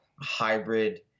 hybrid